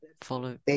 follow